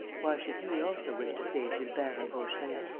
why should he also wish to save gilbert and vaucheray?